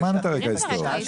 שמענו את הרקע ההיסטורי.